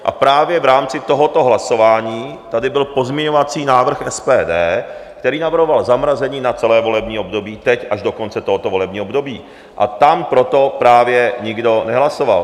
A právě v rámci tohoto hlasování tady byl pozměňovací návrh SPD, který navrhoval zamrazení na celé volební období, teď až do konce tohoto volebního období, a tam pro to právě nikdo nehlasoval.